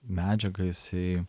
medžiagą jisai